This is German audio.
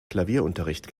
klavierunterricht